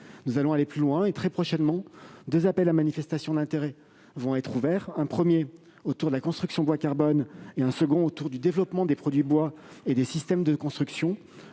Nous irons plus loin, puisque très prochainement deux appels à manifestation d'intérêt seront ouverts : le premier portera sur la construction bois carbone et le second sur le développement des produits bois et des systèmes de construction.